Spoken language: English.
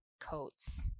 coats